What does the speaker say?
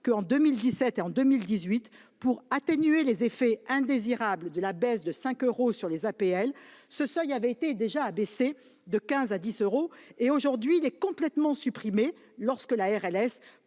en 2017 et en 2018, pour atténuer les effets indésirables de la baisse de 5 euros des APL, ce seuil avait été abaissé de 15 à 10 euros, voire complètement supprimé lorsque la RLS